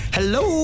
Hello